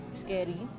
scary